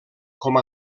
com